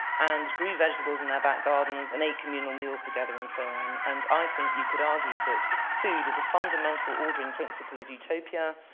and grew vegetables in their back gardens, and ate communal meals together, and so on. and i think you could argue that food is a fundamental ordering principle of utopia,